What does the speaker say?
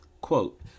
Quote